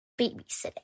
babysitting